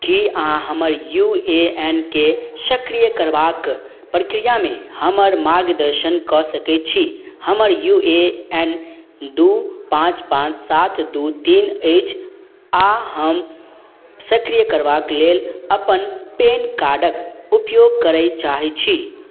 कि अहाँ हमर यू ए एन केँ सक्रिय करबाक प्रक्रियामे हमर मार्गदर्शन कऽ सकै छी हमर यू ए एन दुइ पाँच पाँच सात दुइ तीन अछि आओर हम सक्रिय करबाक लेल अपन पैन कार्डके उपयोग करै चाहै छी